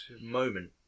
moment